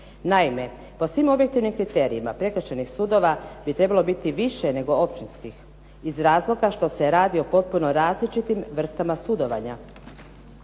Naime, po svim objektivnim kriterijima prekršajnih sudova bi trebalo biti više nego općinskih, iz razloga što se radi o potpuno različitim vrstama sudovanja,